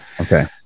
okay